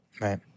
Right